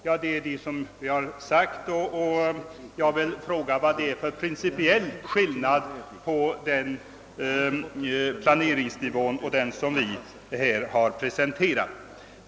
Jag frågar vad det är för principiell skillnad mellan denna planeringsnivå och den som vi har presenterat.